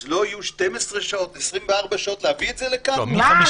אז לא יהיו 12 שעות, 24 שעות, להביא את זה לכאן?